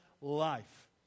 life